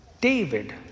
David